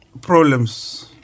problems